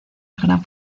gran